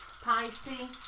spicy